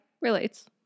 relates